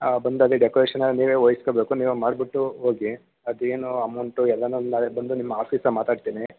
ಹಾಂ ಬಂದು ಅದೆ ಡೆಕೋರೇಷನ್ ಎಲ್ಲ ನೀವೇ ವಹಿಸ್ಕೋಬೇಕು ನೀವೇ ಮಾಡಿಬಿಟ್ಟು ಹೋಗಿ ಅದೇನು ಅಮೌಂಟ್ ಎಲ್ಲಾ ನಮ್ಮಆಮೇಲೆ ಬಂದು ನಿಮ್ಮ ಆಫೀಸ್ನಗೆ ಮಾತಾಡ್ತೀನಿ